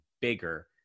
bigger